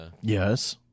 Yes